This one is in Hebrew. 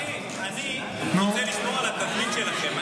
אחי, אני רוצה לשמור על התדמית שלכם.